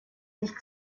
sich